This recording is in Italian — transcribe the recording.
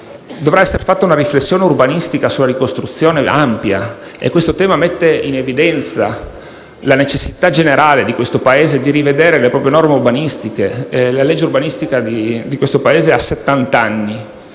Dovrà essere fatta una riflessione urbanistica sulla ricostruzione ampia. Questo tema mette in evidenza la necessità generale per il Paese di rivedere le proprie norme in materia: la legge urbanistica del nostro Paese ha